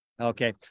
Okay